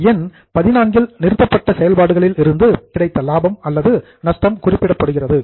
எனவே எண் XIV இல் நிறுத்தப்பட்ட செயல்பாடுகளில் இருந்து கிடைத்த லாபம் அல்லது நஷ்டம் குறிப்பிடப்படுகிறது